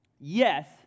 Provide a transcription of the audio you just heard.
Yes